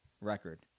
record